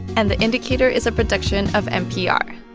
and the indicator is a production of npr